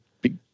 big